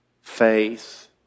faith